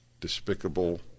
despicable